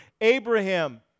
Abraham